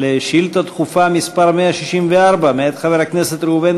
לשאילתה דחופה מס' 164 מאת חבר הכנסת ראובן